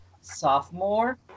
sophomore